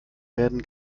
werden